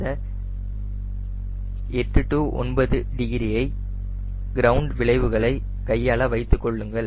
அந்த 8 9 டிகிரியை கிரவுண்ட் விளைவுகளை கையாள வைத்துக்கொள்ளுங்கள்